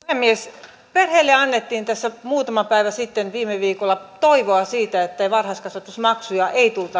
puhemies perheille annettiin tässä muutama päivä sitten viime viikolla toivoa siitä että varhaiskasvatusmaksujen